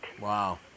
Wow